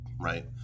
right